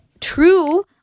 true